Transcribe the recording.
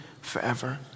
forever